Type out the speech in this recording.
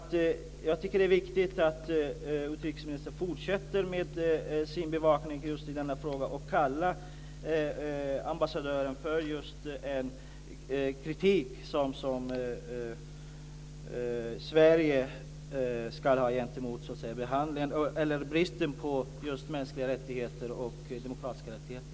Jag tycker att det är viktigt att utrikesministern fortsätter med sin bevakning i denna fråga och kallar till sig ambassadören för att ge den kritik som Sverige ska ge mot bristen på mänskliga rättigheter och demokratiska rättigheter.